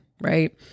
right